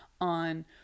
on